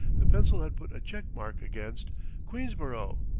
the pencil had put a check-mark against queensborough.